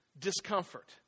discomfort